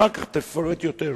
אחר כך תפרט יותר.